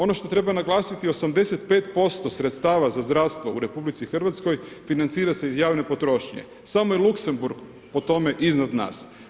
Ono što treba naglasiti, 85% sredstava za zdravstvo u RH financira se iz javne potrošnje, samo je Luxemburg po tome iznad nas.